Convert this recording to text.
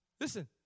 Listen